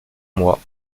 moi